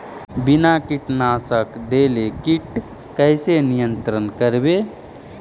बिना कीटनाशक देले किट कैसे नियंत्रन करबै?